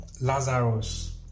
Lazarus